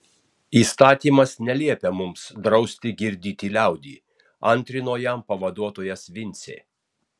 įstatymas neliepia mums drausti girdyti liaudį antrino jam pavaduotojas vincė